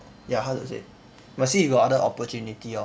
ya hard to say must see if got other opportunity lor